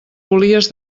volies